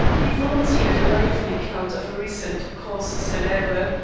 he volunteered a lively account of a recent cause celebre,